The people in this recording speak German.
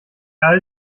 all